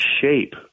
shape